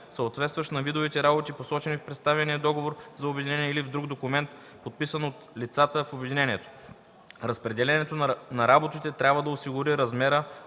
съответстващ на видовете работи, посочени в представения договор за обединение или в друг документ, подписан от лицата в обединението. Разпределението на работите трябва да осигури размера,